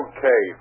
Okay